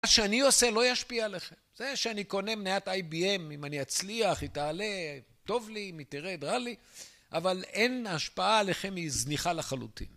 מה שאני עושה לא ישפיע עליכם, זה שאני קונה מניית IBM, אם אני אצליח היא תעלה, טוב לי, אם היא תרד, רע לי, אבל אין ההשפעה עליכם היא זניחה לחלוטין